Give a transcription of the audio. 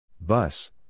Bus